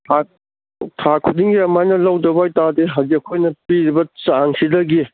ꯊꯥ ꯈꯨꯗꯤꯡꯒꯤ ꯑꯃꯥꯏꯅ ꯂꯧꯗꯧꯕ ꯑꯣꯏꯇꯥꯔꯗꯤ ꯍꯧꯖꯤꯛ ꯑꯩꯈꯣꯏꯅ ꯄꯤꯔꯤꯕ ꯆꯥꯡꯁꯤꯗꯒꯤ